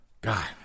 God